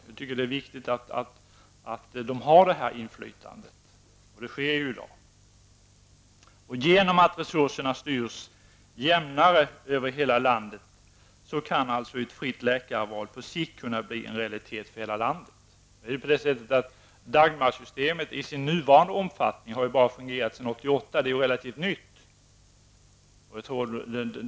Jag tycker att det är viktigt att de har det inflytandet, och det har de i dag. Genom att resurserna styrs jämnare över hela landet kan ett fritt läkarval på sikt bli en realitet för hela landet. Dagmarsystemet har i sin nuvarande omfattning fungerat bra sedan 1988 -- det är alltså relativt nytt.